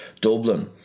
Dublin